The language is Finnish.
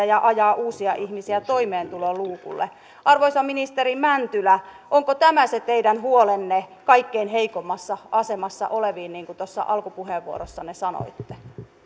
ja ajaa uusia ihmisiä toimeentuloluukulle arvoisa ministeri mäntylä onko tämä se teidän huolenne kaikkein heikoimmassa asemassa olevista niin kuin tuossa alkupuheenvuorossanne sanoitte